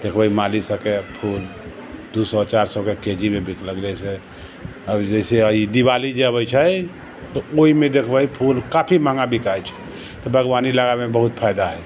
देखबै माली सबके फूल दू सए चारि सए के जी मे बेचलक जैसे अभी जैसे दीवाली जे अबै छै तऽ ओहिमे देखबे फूल काफी महँगा बिकाइ छै तऽ बागवानी लगाबे मे बहुत फायदा है